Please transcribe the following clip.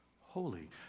Holy